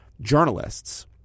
journalists